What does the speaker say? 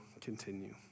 continue